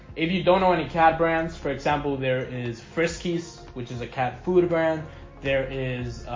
if you don't know any cat brands, for example, there is friskies, which is a cat food brand there is